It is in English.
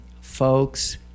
folks